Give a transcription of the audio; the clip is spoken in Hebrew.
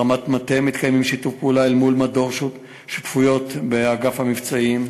ברמת המטה מתקיים שיתוף פעולה עם מדור שותפויות באגף המבצעים,